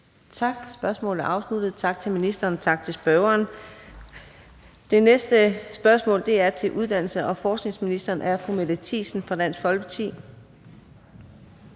Tak. Spørgsmålet er afsluttet. Tak til ministeren, tak til spørgeren. Det næste spørgsmål er til uddannelses- og forskningsministeren af fru Mette Thiesen fra Dansk Folkeparti.